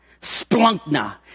splunkna